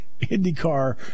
IndyCar